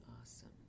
Awesome